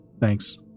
thanks